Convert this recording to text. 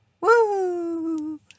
Woo